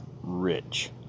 rich